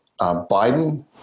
Biden